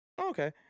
Okay